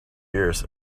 years